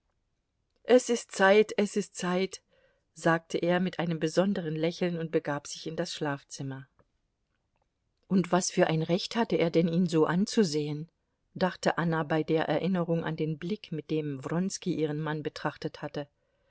es ist zeit es ist zeit sagte er mit einem besonderen lächeln und begab sich in das schlafzimmer und was für ein recht hatte er denn ihn so anzusehen dachte anna bei der erinnerung an den blick mit dem wronski ihren mann betrachtet hatte